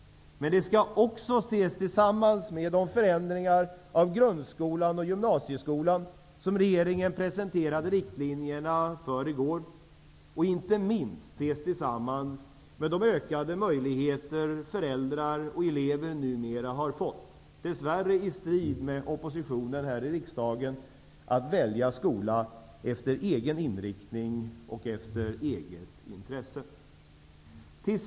Men den skall också ses tillsammans med de förändringar av grundskolan och gymnasieskolan som regeringen presenterade riktlinjerna för i går, och den skall inte minst ses tillsammans med de ökade möjligheter föräldrar och elever numera har fått -- dess värre i strid med oppositionen här i riksdagen -- att välja skola efter inriktning och eget intresse.